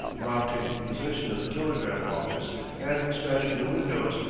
the mob taking possession of the telegraph-office and smashing the windows,